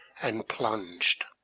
and plunged.